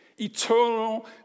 Eternal